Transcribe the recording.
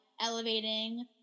elevating